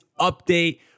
update